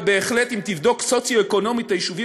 ובהחלט אם תבדוק סוציו-אקונומית את היישובים